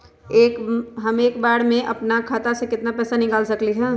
हम एक बार में अपना खाता से केतना पैसा निकाल सकली ह?